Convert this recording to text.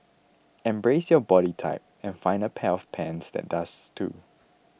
embrace your body type and find a pair of pants that does too